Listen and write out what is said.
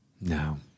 No